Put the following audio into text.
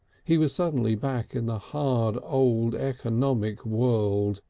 he was suddenly back in the hard old economic world,